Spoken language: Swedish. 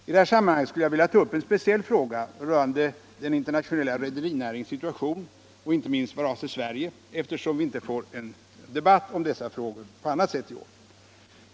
I detta sammanhang skulle jag vilja ta upp en speciell fråga rörande den internationella rederinäringens situation, inte minst vad avser Sverige, eftersom vi inte får någon debatt om dessa frågor på annat sätt i år.